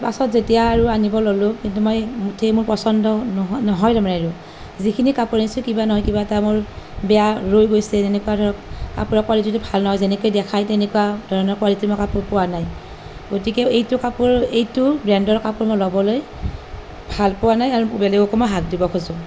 পাছত যেতিয়া আৰু আনিব ল'লোঁ কিন্তু মই মুঠেই মোৰ পচন্দ নহয় তাৰমানে এইটো যিখিনি কাপোৰ আনিছোঁ কিবা নহয় কিবা এটা মোৰ বেয়া ৰৈ গৈছে যেনেকুৱা ধৰক কাপোৰৰ কোৱালিটিটো ভাল নহয় যেনেকৈ দেখাই তেনেকুৱা ধৰণৰ কোৱালিটি ধৰণৰ মই কাপোৰ পোৱা নাই গতিকে এইটো কাপোৰ এইটো ব্ৰেণ্ডৰ কাপোৰ মই ল'বলৈ ভাল পোৱা নাই আৰু বেলেগকো মই হাক দিব খুজোঁ